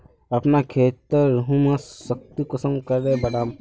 अपना खेतेर ह्यूमस शक्ति कुंसम करे बढ़ाम?